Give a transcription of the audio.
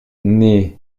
n’est